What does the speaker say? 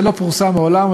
זה לא פורסם מעולם,